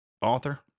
author